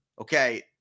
Okay